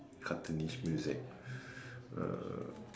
cartoonish music uh